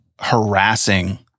harassing